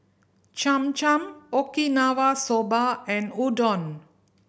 Cham Cham Okinawa Soba and Udon